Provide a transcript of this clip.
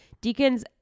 deacons